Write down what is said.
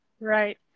right